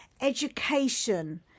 Education